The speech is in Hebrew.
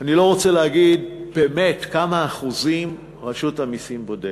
כאשר, אני לא רוצה להגיד באמת כמה אחוזים רשות המסים בודקת,